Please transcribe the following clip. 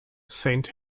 saint